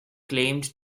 claimed